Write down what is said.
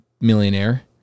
millionaire